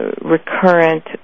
recurrent